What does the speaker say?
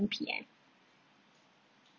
P_M